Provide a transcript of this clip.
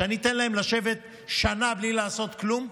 שאני אתן להם לשבת שנה בלי לעשות כלום?